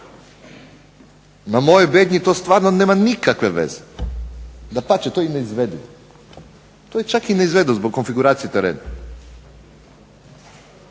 Na mojoj BEdnji to stvarno nema nikakve veze, dapače to je čak i neizvedivo zbog konfiguracije terena